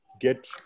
get